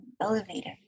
elevator